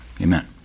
Amen